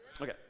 Okay